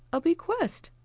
a bequest.